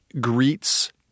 greets